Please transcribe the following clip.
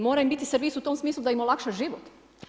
Mora im biti servis u tom smislu da im olakša život.